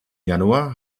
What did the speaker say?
januar